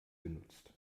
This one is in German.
genutzt